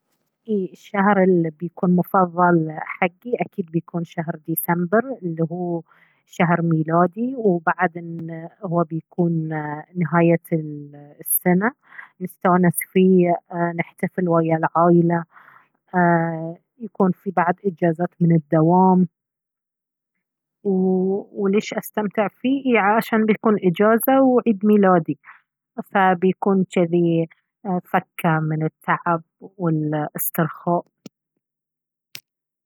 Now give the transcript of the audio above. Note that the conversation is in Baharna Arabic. اي الشهر اللي بيكون مفضل حقي أكيد بيكون شهر ديسمبر اللي هو شهر ميلادي وبعد اهوا بيكون نهاية السنة نستانس فيه ايه نحتفل ويا العائلة ايه يكون في بعد إجازات من الدوام وليش أستمتع فيه؟ عشان بيكون إجازة وعيد ميلادي فبيكون جذي فكه من التعب والاسترخاء